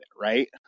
right